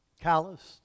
calloused